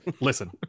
Listen